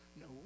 No